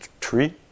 tree